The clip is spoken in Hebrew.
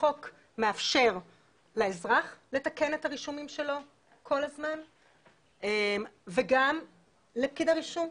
החוק מאפשר לאזרח לתקן את הרישומים שלו כל הזמן וגם לפקיד הרישום,